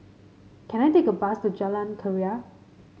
can I take a bus to Jalan Keria